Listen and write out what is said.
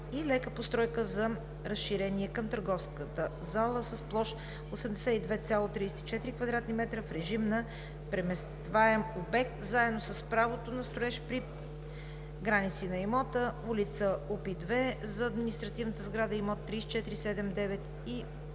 и лека пристройка за разширение към търговска зала с площ 82,34 кв. м, в режим на преместваем обект, заедно с правото на строеж, при граници на имота: улица, УПИ II – за адм. сграда, имот 3479 и